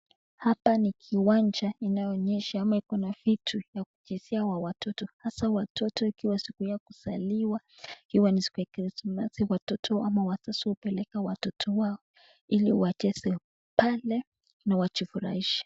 hapa nikiwanja inayoonyesha ama kuna vitu wa kuchezea hawa watoto sasa watoto ikiwasiku ya kuzaliwa ikiwa ni siku ya chrismasi watoto ama watu wapeleka watoto wao iliwacheza pale na wajifurahishe.